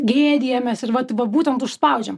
gėdijamės ir vat va būtent užspaudžiam